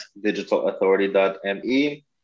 digitalauthority.me